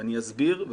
ואני אסביר.